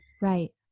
Right